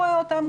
רואה אותם.